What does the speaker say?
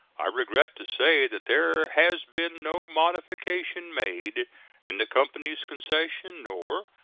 i regret to say that there has been no modification made in the company's concession, nor,